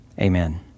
Amen